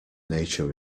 nature